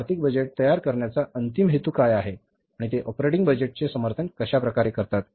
आणि आर्थिक बजेट तयार करण्याचा अंतिम हेतू काय आहे आणि ते ऑपरेटिंग बजेटचे समर्थन कसे करतात